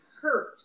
hurt